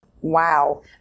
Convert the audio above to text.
Wow